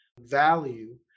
value